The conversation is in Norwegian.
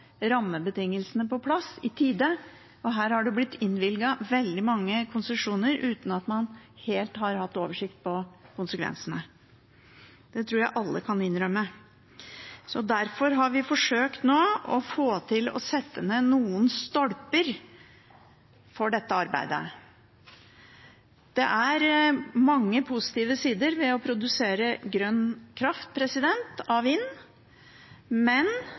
rammebetingelsene på plass i tide. Her er det blitt innvilget veldig mange konsesjoner uten at man helt har hatt oversikt over konsekvensene. Det tror jeg alle kan innrømme. Derfor har vi nå forsøkt å sette ned noen stolper for dette arbeidet. Det er mange positive sider ved å produsere grønn kraft av vind, men